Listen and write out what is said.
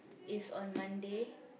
is on Monday